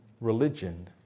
religion